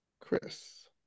Chris